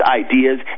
ideas